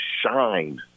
shine